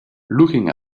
looking